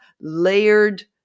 layered